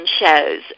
shows